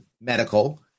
medical